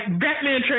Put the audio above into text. Batman